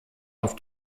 auf